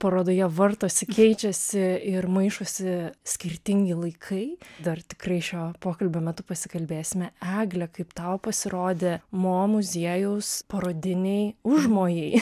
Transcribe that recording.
parodoje vartuose keičiasi ir maišosi skirtingi laikai dar tikrai šio pokalbio metu pasikalbėsime egle kaip tau pasirodė mo muziejaus parodiniai užmojai